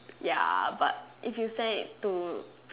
ya but if you send it to